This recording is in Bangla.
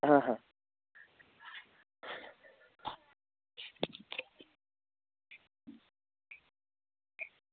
হ্যাঁ হ্যাঁ